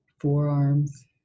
forearms